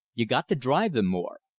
you got to drive them more.